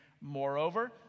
moreover